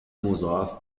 مضاعف